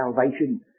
salvation